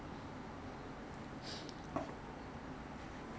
err it's about fifty points or hundred points is about fifty cents